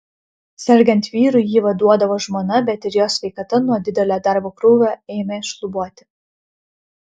sergant vyrui jį vaduodavo žmona bet ir jos sveikata nuo didelio darbo krūvio ėmė šlubuoti